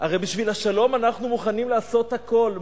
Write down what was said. הרי בשביל השלום אנחנו מוכנים לעשות הכול.